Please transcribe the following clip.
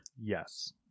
Yes